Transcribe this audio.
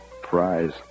prize